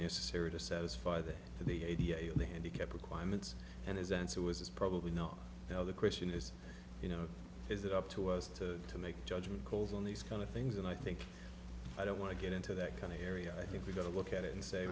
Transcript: necessary to satisfy that the idea and the handicap requirements and his answer was it's probably not now the question is you know is it up to us to to make judgement calls on these kind of things and i think i don't want to get into that kind of area i think we've got to look at it and say